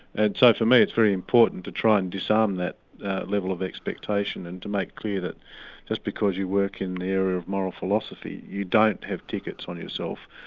and so for me it's very important to try and disarm that level of expectation and to make clear that just because you work in the area of moral philosophy, you don't have tickets on yourself,